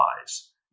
lies